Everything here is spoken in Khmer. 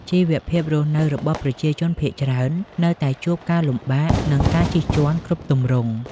ជីវភាពរស់នៅរបស់ប្រជាជនភាគច្រើននៅតែជួបការលំបាក និងការជិះជាន់គ្រប់ទម្រង់។